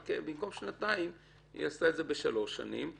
רק במקום שנתיים היא עשתה את זה בשלוש שנים,